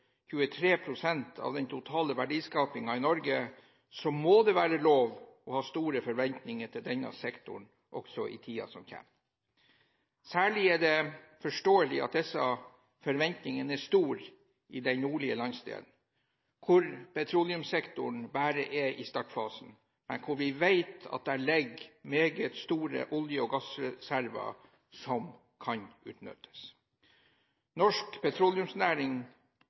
pst. av den totale verdiskapingen i Norge, må det være lov å ha store forventninger til denne sektoren også i tiden som kommer. Særlig er det forståelig at disse forventningene er store i den nordlige landsdelen, hvor petroleumssektoren bare er i startfasen, men hvor vi vet at det ligger meget store olje- og gassreserver som kan utnyttes. Norsk petroleumsnæring